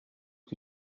que